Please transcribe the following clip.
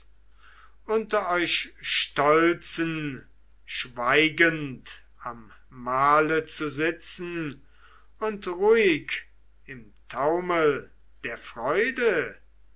unter euch stolzen schweigend am mahle zu sitzen und ruhig im taumel der freude